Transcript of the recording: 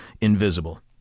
invisible